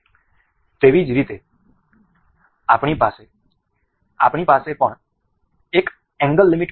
તેવી જ રીતે આપણી પાસે પણ એક એન્ગલ લિમિટ છે